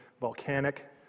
volcanic